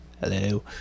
Hello